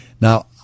Now